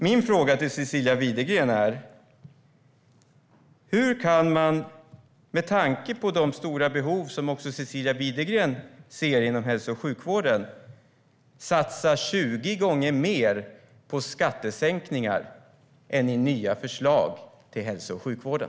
Min fråga till Cecilia Widegren är: Hur kan man - med tanke på de stora behov som också Cecilia Widegren ser inom hälso och sjukvården - satsa 20 gånger mer på skattesänkningar än på nya förslag inom hälso och sjukvården?